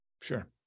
Sure